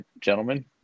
gentlemen